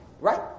Right